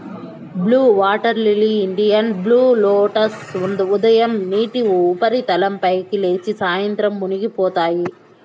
blue water lily, Indian blue lotus ఉదయం నీటి ఉపరితలం పైకి లేచి, సాయంత్రం మునిగిపోతాయి